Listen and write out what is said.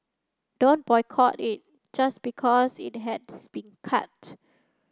don't boycott it just because it has been cut